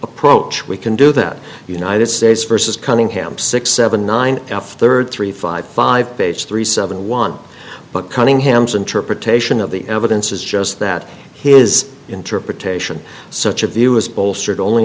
approach we can do that united states versus cunningham six seven nine f third three five five page three seven one but cunningham's interpretation of the evidence is just that his interpretation such a view is bolstered only